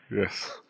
Yes